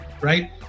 right